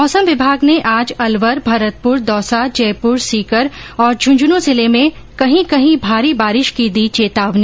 मौसम विभाग ने आज अलवर भरतपुर दौसा जयपुर सीकर और झुंझुनू जिले में कहीं कहीं भारी बारिश की दी चेतावनी